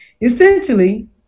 Essentially